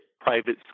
private